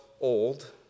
old